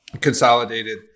consolidated